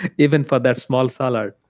even for that small salad,